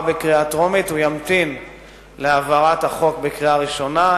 בקריאה טרומית הוא ימתין להעברת החוק בקריאה ראשונה,